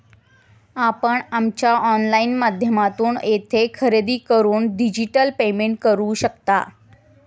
आपण आमच्या ऑनलाइन माध्यमातून येथे खरेदी करून डिजिटल पेमेंट करू शकता